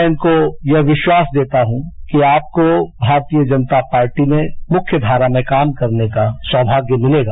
मैं इनको यह विश्वास देता हूं कि आपको भारतीय जनता पार्टी में मुख्यघारा में काम करने का सौमाग्य मिलेगा